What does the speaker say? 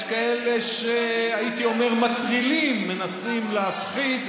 יש כאלה, הייתי אומר, שמטרילים, מנסים להפחיד.